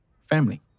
family